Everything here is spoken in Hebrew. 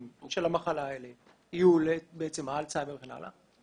של המחלה האלה יהיו אלצהיימר וכן הלאה,